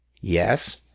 Yes